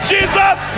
Jesus